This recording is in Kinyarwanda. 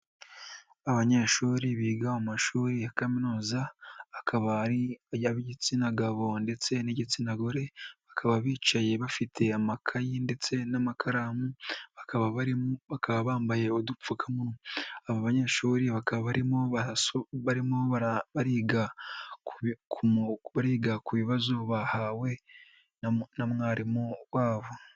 Abanyeshuri biga mu mashuri ya kaminuza akaba ari ay'igitsina gabo ndetse n'igitsina gore , bakaba bicaye bafite amakayi ndetse n'amakaramu bakaba bambaye udupfukamunwa. Aba banyeshuri barimo bariga ku bibazo bahawe na mwarimu wabo.